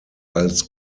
als